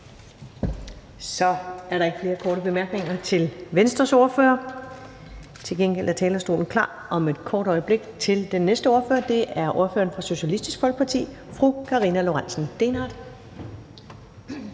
Så er der ikke flere korte bemærkninger til Venstres ordfører. Til gengæld er talerstolen om et kort øjeblik klar til den næste ordfører, og det er ordføreren for Socialistisk Folkeparti, fru Karina Lorentzen Dehnhardt.